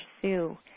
pursue